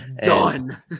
done